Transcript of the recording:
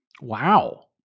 Wow